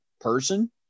person